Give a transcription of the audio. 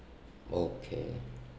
okay